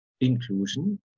inclusion